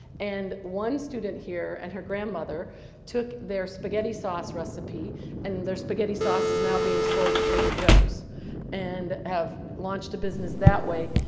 and one student here and her grandmother took their spaghetti sauce recipe and their spaghetti sauce is now being sold at trader joe's and have launched a business that way.